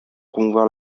promouvoir